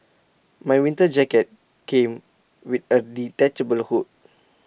my winter jacket came with A detachable hood